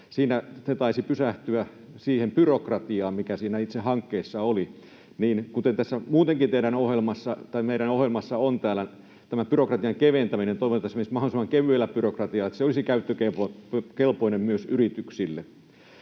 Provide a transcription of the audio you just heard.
se taisi pysähtyä siihen byrokratiaan, mikä siinä itse hankkeessa oli. Kun muutenkin tässä teidän ohjelmassanne, tai meidän ohjelmassamme, on byrokratian keventäminen, niin toivon, että se menisi mahdollisimman kevyellä byrokratialla, niin että se olisi käyttökelpoinen myös yrityksille.